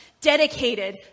dedicated